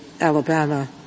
Alabama